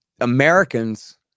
Americans